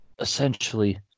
essentially